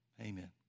Amen